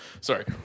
Sorry